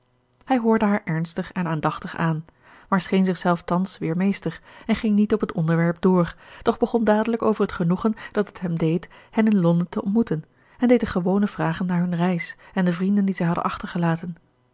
hij hoorde haar ernstig en aandachtig aan maar scheen zichzelf thans weer meester en ging niet op het onderwerp door doch begon dadelijk over het genoegen dat het hem deed hen in londen te ontmoeten en deed de gewone vragen naar hunne reis en de vrienden die zij hadden achtergelaten